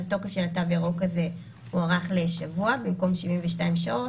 אז התוקף של התו הירוק הזה הוארך לשבוע במקום 72 שעות,